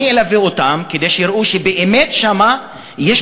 אני אלווה אותם כדי שיראו שבאמת יש שם בעיה.